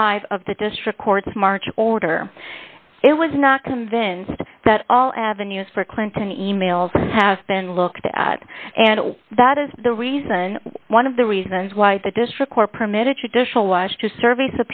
five of the district court's march order it was not convinced that all avenues for clinton e mails have been looked at and that is the reason one of the reasons why the district court permitted traditional was to serve